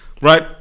right